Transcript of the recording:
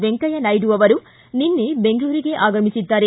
ವೆಂಕಯ್ಕ ನಾಯ್ದು ನಿನ್ನೆ ಬೆಂಗಳೂರಿಗೆ ಆಗಮಿಸಿದ್ದಾರೆ